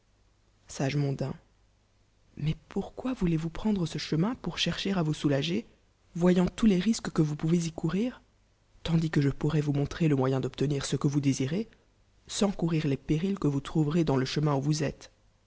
mais pourquo voulez-vous prendre ce chemin pom chercher à vous soulager voyani tous les risques que vous pouvez j courir tandis que je pourrois vou montrer le moyen d'obtenir ce qui vous désirez sans courir les péril que vous trouverez dans le chem i où vous êtes